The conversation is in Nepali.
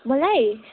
मलाई